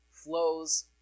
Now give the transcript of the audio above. flows